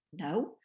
no